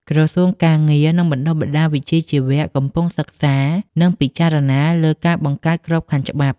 ក្រសួងការងារ និងបណ្តុះបណ្តាលវិជ្ជាជីវៈ កំពុងសិក្សា និងពិចារណាលើការបង្កើតក្របខ័ណ្ឌច្បាប់។